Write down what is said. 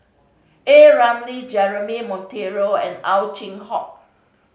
A Ramli Jeremy Monteiro and Ow Chin Hock